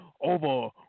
over